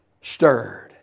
stirred